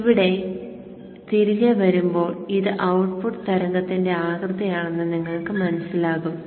ഇവിടെ തിരികെ വരുമ്പോൾ ഇത് ഔട്ട്പുട്ട് തരംഗത്തിന്റെ ആകൃതിയാണെന്ന് നിങ്ങൾക്ക് മനസിലാകും